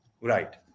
right